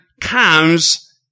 comes